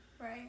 Right